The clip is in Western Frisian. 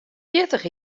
fjirtich